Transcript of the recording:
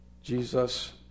Jesus